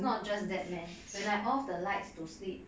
it's not just that man when I off the lights to sleep